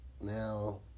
now